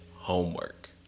homework